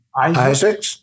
Isaac